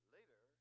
Later